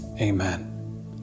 Amen